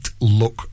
look